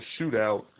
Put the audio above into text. shootout